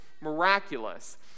miraculous